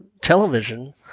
television